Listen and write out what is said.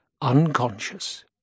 unconscious